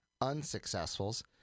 unsuccessfuls